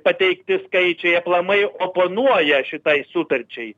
pateikti skaičiai aplamai oponuoja šitai sutarčiai